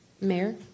Mayor